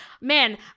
man